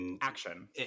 action